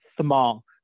small